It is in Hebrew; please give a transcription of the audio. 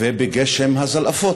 ובגשם הזלעפות.